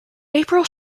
april